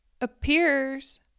appears